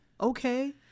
okay